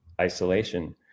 isolation